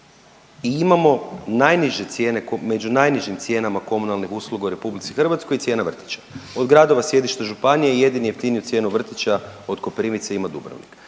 ko…, među najnižim cijenama komunalnih usluga u RH i cijene vrtića, od gradova, sjedišta županija i jedinu jeftiniju cijenu vrtića od Koprivnice ima Dubrovnik.